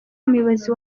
umuyobozi